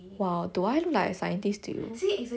!wow! do I look like a scientist to you